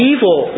Evil